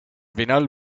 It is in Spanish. final